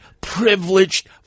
privileged